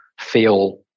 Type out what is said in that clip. feel